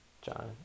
John